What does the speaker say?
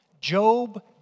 Job